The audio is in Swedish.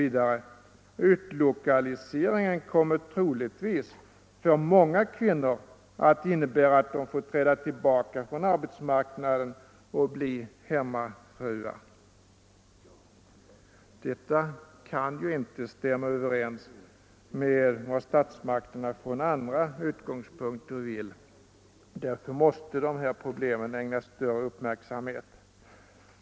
Vidare sägs att utlokaliseringen troligtvis för många kvinnor kommer att innebär att de kommer att få träda tillbaka från arbetsmarknaden och bli hemmafruar. Detta kan ju inte stämma överens med vad statsmakterna önskar från andra utgångspunkter. Därför måste dessa problem ägnas större uppmärksamhet.